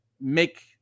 make